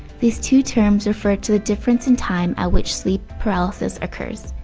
these two terms refer to a difference in time at which sleep paralysis occurs.